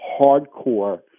hardcore